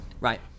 Right